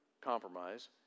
compromise